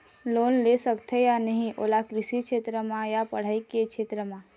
Loan ले सकथे या नहीं ओला कृषि क्षेत्र मा या पढ़ई के क्षेत्र मा?